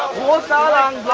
lausanne.